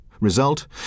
Result